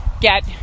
get